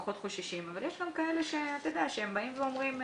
פחות חוששים אבל יש גם כאלה שהם באים ואומרים,